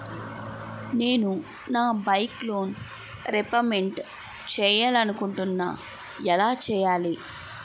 నేను నా bike loan repayment చేయాలనుకుంటున్నా ఎలా చేయాలి?